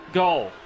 goal